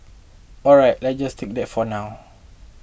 all right let's just take that for now